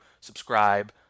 Subscribe